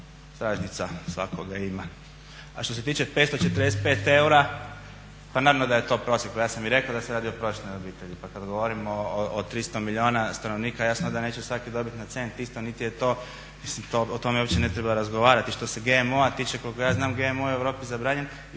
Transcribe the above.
stražnjica, svatko ga ima. A što se tiče 545 eura pa naravno da je to prosjek pa ja sam i rekao da se radi o prosječnoj obitelji. Kad govorimo o 300 milijuna stanovnika jasno da neće svaki dobit na cent isto niti je to, mislim o tome uopće ne treba razgovarati. Što se GMO-a tiče koliko ja znam GMO je u Europi zabranjen